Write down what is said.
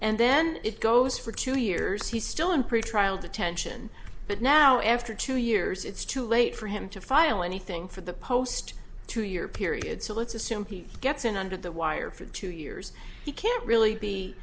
and then it goes for two years he's still in pretrial detention but now after two years it's too late for him to file anything for the post two year period so let's assume he gets in under the wire for two years he can't really be